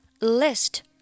list